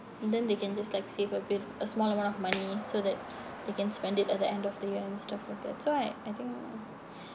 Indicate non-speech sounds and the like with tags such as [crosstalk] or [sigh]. and then they can just like save a bit a small amount of money so that they can spend it at the end of the year and stuff like that so I I think [breath]